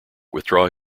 withdraw